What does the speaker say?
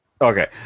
Okay